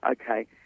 okay